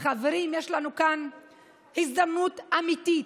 חברים, יש לנו כאן הזדמנות אמיתית.